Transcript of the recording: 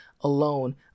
alone